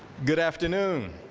good afternoon.